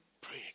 Pray